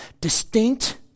Distinct